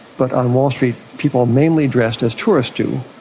but on wall street, people mainly dress as tourists do,